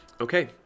Okay